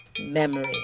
memory